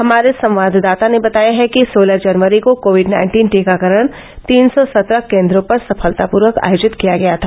हमारे संवाददाता ने बताया है कि सोलह जनवरी को कोविड नाइन्टीन टीकाकरण तीन सौ सत्रह केंद्रों पर सफलतापूर्वक आयोजित किया गया था